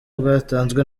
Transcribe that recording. bwatanzwe